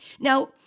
now